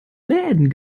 läden